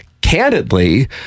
Candidly